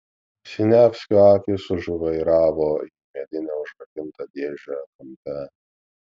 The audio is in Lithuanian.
siniavskio akys sužvairavo į medinę užrakintą dėžę kampe